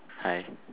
hi